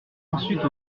ensuite